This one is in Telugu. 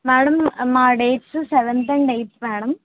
మేడం మా dates seventh and eighth madam